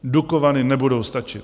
Dukovany nebudou stačit.